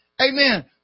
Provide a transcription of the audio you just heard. amen